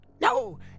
No